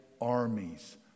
armies